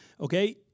okay